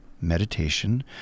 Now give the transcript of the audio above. meditation